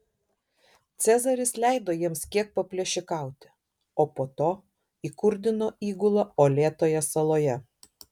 cezaris leido jiems kiek paplėšikauti o po to įkurdino įgulą uolėtoje saloje